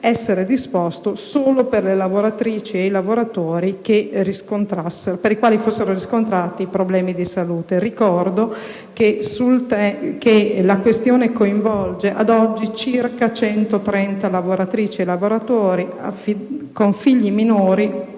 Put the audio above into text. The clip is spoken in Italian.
essere disposto solo per le lavoratrici e i lavoratori per i quali fossero riscontrati problemi di salute. Ricordo che la questione coinvolge ad oggi circa 130 lavoratrici e lavoratori con figli minori